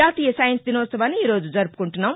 జాతీయ సైన్స్ దినోత్సవాన్ని ఈరోజు జరుపుకుంటున్నాం